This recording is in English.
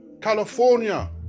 California